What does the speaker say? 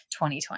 2020